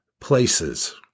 places